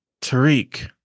Tariq